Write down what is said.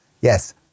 yes